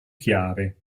chiare